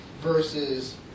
versus